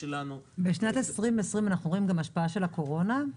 בשנת 2020 אנחנו רואים גם השפעה של הקורונה?